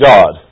God